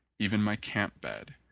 even my camp bed,